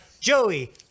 Joey